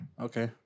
Okay